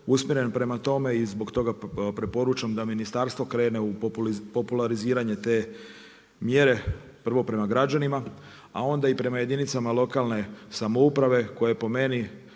usmjeren prema tome i zbog toga preporučam da ministarstvo krene u populariziranje te mjere, prvo prema građanima, a onda i prema jedinicama lokalne samouprave, koje po meni